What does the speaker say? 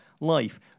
life